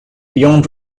beyond